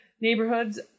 neighborhoods